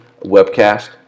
webcast